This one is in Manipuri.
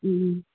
ꯎꯝ